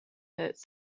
hurt